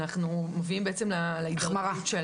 אנחנו מביאים להחמרה.